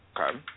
Okay